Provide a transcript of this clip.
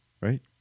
right